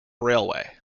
railway